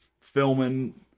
filming